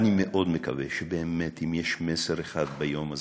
אני מאוד מקווה, ובאמת, אם יש מסר אחד ביום הזה,